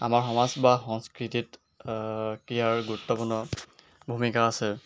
আমাৰ সমাজ বা সংস্কৃতিত ক্ৰীড়াৰ গুৰুত্বপূৰ্ণ ভূমিকা আছে